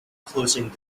closing